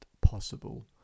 possible